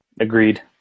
Agreed